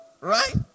right